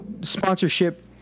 sponsorship